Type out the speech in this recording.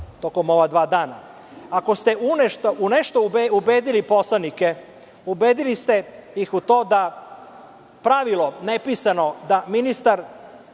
tokom ova dva dana. Ako ste u nešto ubedili poslanike, ubedili ste ih u to da nepisano pravilo da ministar